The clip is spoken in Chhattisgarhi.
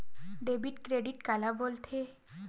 डेबिट क्रेडिट काला बोल थे?